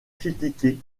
critiqué